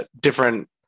different